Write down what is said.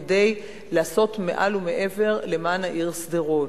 כדי לעשות מעל ומעבר למען העיר שדרות.